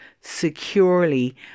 securely